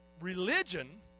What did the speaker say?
religion